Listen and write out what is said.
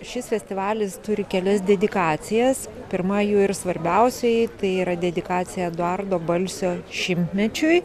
šis festivalis turi kelias dedikacijas pirma jų ir svarbiausioji tai yra dedikacija eduardo balsio šimtmečiui